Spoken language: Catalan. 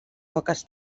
poques